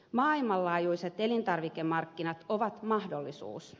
maailmanlaajuiset elintarvikemarkkinat ovat mahdollisuus